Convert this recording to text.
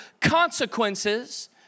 consequences